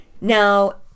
Now